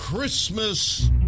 Christmas